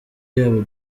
yabo